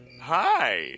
hi